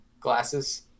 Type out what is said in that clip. Glasses